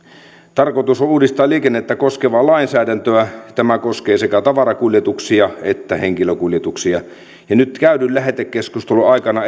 tarkoitus on uudistaa liikennettä koskevaa lainsäädäntöä tämä koskee sekä tavarakuljetuksia että henkilökuljetuksia nyt käydyn lähetekeskustelun aikana